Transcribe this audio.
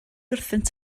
wrthynt